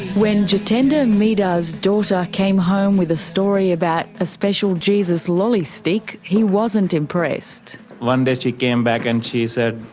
when jatender middha's daughter came home with a story about a special jesus lolly stick, he wasn't impressed. one day she came back and she said,